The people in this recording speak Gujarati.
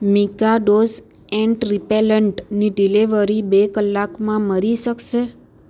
મીકાડોઝ એન્ટ રીપેલન્ટની ડિલિવરી બે કલાકમાં મળી શકશે